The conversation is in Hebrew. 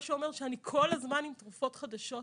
מה שאומר שאני כל הזמן עם תרופות חדשות,